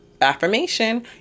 affirmation